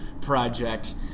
project